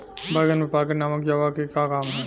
बैंगन में पॉकेट नामक दवा के का काम ह?